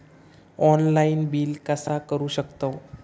Online bill कसा करु शकतव?